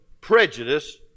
prejudice